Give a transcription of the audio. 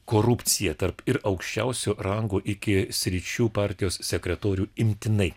korupcija tarp ir aukščiausio rango iki sričių partijos sekretorių imtinai